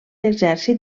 exèrcit